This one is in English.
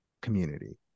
community